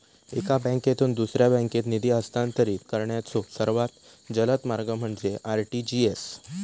एका बँकेतून दुसऱ्या बँकेत निधी हस्तांतरित करण्याचो सर्वात जलद मार्ग म्हणजे आर.टी.जी.एस